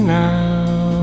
now